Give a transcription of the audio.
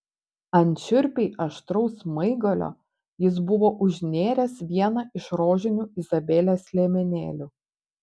ant šiurpiai aštraus smaigalio jis buvo užnėręs vieną iš rožinių izabelės liemenėlių